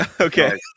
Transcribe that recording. Okay